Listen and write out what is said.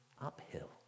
uphill